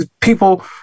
people